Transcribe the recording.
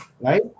right